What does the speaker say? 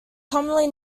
commonly